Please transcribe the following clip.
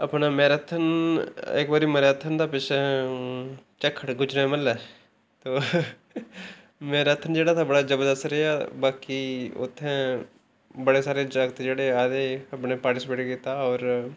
अपने मैरेथन इक बारी मैरेथन दा पिच्छे चक्खड़ गुजरें म्हल्लै मरैथन जेह्ड़ा हा बड़ा जबरदस्त रेहा बाकी उत्थैं बड़े सारे जागत जेह्ड़े आए दे हे अपने पार्टीसपैंट कीता होर